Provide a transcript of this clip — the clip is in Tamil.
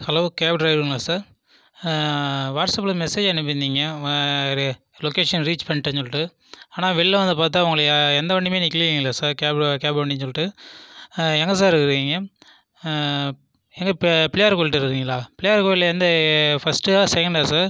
ஹலோ கேப் டிரைவர்ங்களா சார் வாட்ஸப்பில் மெசேஜ் அனுப்பிருந்தீங்க உங்கள் லொகேஷன் ரீச் பண்ணிட்டேன் சொல்லிகிட்டு ஆனால் வெளியில் வந்து பார்த்தா உங்களை எந்த வண்டியுமே நிற்கலைங்களே சார் கேப் கேப் வண்டின்னு சொல்லிட்டு எங்கே சார் இருக்குகிறீங்க எது பிள்ளையார் கோவில்கிட்ட இருக்குகிறீங்களா பிள்ளையார் கோவில்லை எந்த ஃபஸ்ட்டா செகண்ட்டா சார்